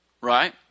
Right